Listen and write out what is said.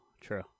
true